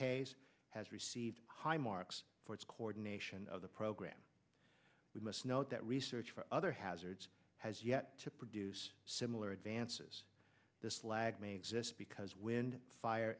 case has received high marks for its coordination of the program we must note that research for other hazards has yet to produce similar advances this lag may exist because when fire